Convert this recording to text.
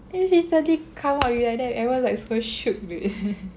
then she suddenly come out with like that everyone was like so shook eh